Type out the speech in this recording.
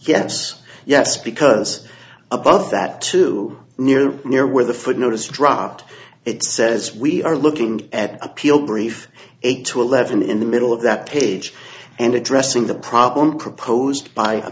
yes yes because above that to near near where the footnote is dropped it says we are looking at appeal brief eight to eleven in the middle of that page and addressing the problem proposed by a